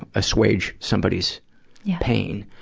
assuage somebody's pain.